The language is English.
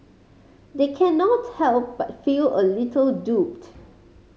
they cannot help but feel a little duped